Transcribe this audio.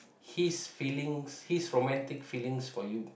his feelings his romantic feelings for you